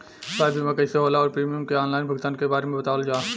स्वास्थ्य बीमा कइसे होला और प्रीमियम के आनलाइन भुगतान के बारे में बतावल जाव?